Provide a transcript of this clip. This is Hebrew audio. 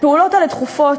הפעולות האלה דחופות,